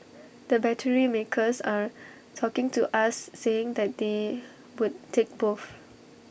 the battery makers are talking to us saying that they would take both